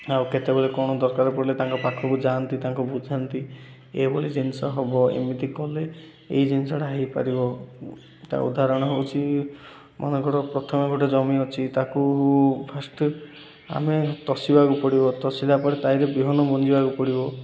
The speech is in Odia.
ଆଉ କେତେବେଳେ କ'ଣ ଦରକାର ପଡ଼ିଲେ ତାଙ୍କ ପାଖକୁ ଯାଆନ୍ତି ତାଙ୍କୁ ବୁଝାନ୍ତି ଏଭଳି ଜିନିଷ ହେବ ଏମିତି କଲେ ଏଇ ଜିନିଷଟା ହୋଇପାରିବ ତା ଉଦାହରଣ ହେଉଛି ମନେକର ପ୍ରଥମେ ଗୋଟେ ଜମି ଅଛି ତାକୁ ଫାଷ୍ଟ ଆମେ ତଷିବାକୁ ପଡ଼ିବ ତଷିଲା ପରେ ତ'ରେ ବିହନ ବିଞ୍ଚିବାକୁ ପଡ଼ିବ